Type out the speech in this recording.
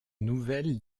nouvelle